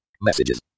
messages